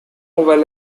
well